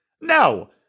No